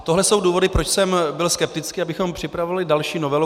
Tohle jsou důvody, proč jsem byl skeptický, abychom připravili další novelu.